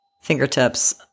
fingertips